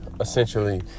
essentially